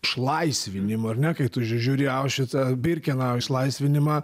išlaisvinimą ar ne kai tu žiū žiūri aušvicą birkenau išlaisvinimą